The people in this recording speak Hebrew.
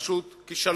זה פשוט כישלון,